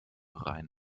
rein